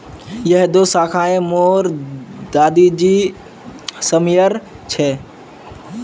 यह दो शाखए मोर दादा जी समयर छे